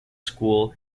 school